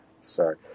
Sorry